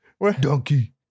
Donkey